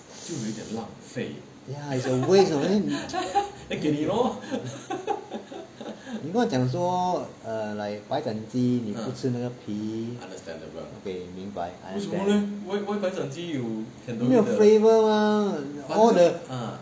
ya it's a waste you know 你跟我讲说 err like 白斩鸡你不吃那个皮 okay 明白 I understand 没有 flavour mah all the